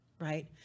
Right